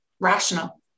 rational